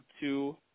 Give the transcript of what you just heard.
two